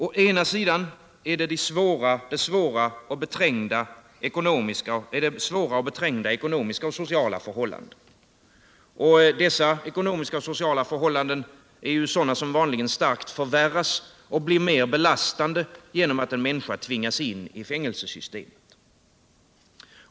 Å ena sidan är det svåra och beträngda ekonomiska och sociala förhållanden, sådana som vanligen starkt förvärras och blir mer belastande genom att en människa tvingas in i fängelsesystemet.